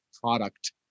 product